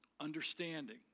understanding